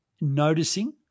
Noticing